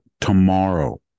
tomorrow